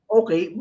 okay